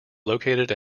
located